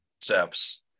steps